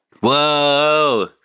whoa